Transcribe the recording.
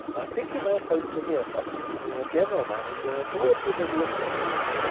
i think you may hope to hear something from your general manager towards the middle of next week.